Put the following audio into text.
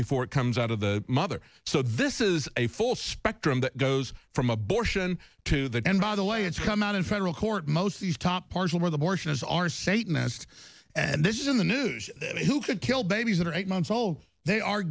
before it comes out of the mother so this is a full spectrum that goes from abortion to the end by the way it's come out in federal court most of these top partial birth abortions are satanists and this is in the news that who could kill babies that are eight months old they are